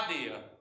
idea